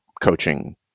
coaching